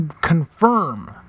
confirm